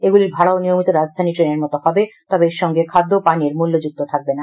এইগুলির ভাড়াও নিয়মিত রাজধানী ট্রেনের মত হবে তবে এর সঙ্গে খাদ্য পানীয়ের শুল্ক যুক্ত থাকবে না